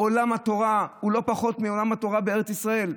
עולם התורה הוא לא פחות מעולם התורה בארץ ישראל.